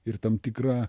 ir tam tikra